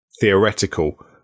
theoretical